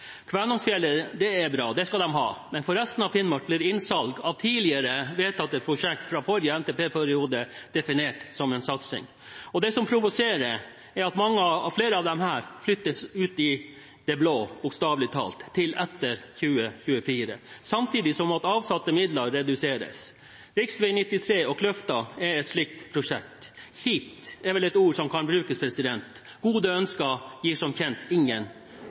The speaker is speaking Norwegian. Kvænangsfjellet er bra, det skal de ha, men for resten av Finnmark ble innsalg av tidligere vedtatte prosjekter fra forrige NTP-periode definert som en satsing. Det som provoserer, er at mange flere av disse flyttes ut i det blå, bokstavelig talt, til etter 2024, samtidig som avsatte midler reduseres. Riksvei 93 Kløfta er et slikt prosjekt. «Kjipt», er vel et ord som kan brukes. Gode ønsker gir som kjent ingen